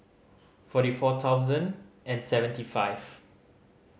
forty four thousand and seventy five